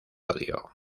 odio